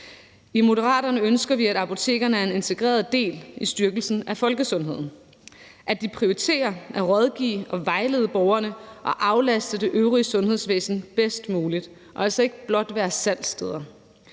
I Moderaterne ønsker vi, at apotekerne er en integreret del i styrkelsen af folkesundheden, og at de prioriterer at rådgive og vejlede borgerne og aflaste det øvrige sundhedsvæsen bedst muligt og altså ikke blot er salgssteder.